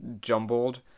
jumbled